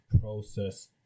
process